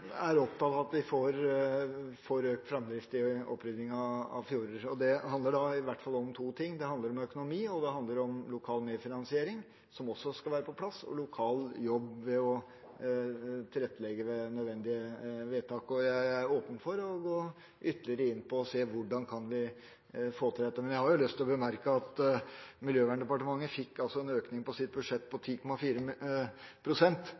er opptatt av at vi får økt framdrift i oppryddingen av fjorder, og det handler da om flere ting ting: Det handler om økonomi, om lokal medfinansiering – som også skal være på plass – og lokal jobb med å tilrettelegge ved nødvendige vedtak. Jeg er åpen for å gå ytterligere inn og se på hvordan vi kan få til dette, men jeg har lyst til å bemerke at Miljøverndepartementet fikk en økning i sitt budsjett på